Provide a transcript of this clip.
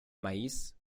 mais